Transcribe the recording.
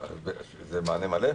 זה מענה מלא?